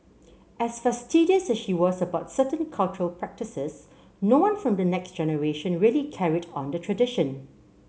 as fastidious as she was about certain cultural practices no one from the next generation really carried on the tradition